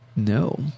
No